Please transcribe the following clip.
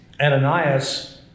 Ananias